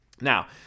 Now